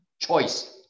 choice